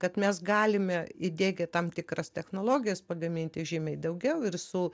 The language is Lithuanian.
kad mes galime įdiegti tam tikras technologijas pagaminti žymiai daugiau ir su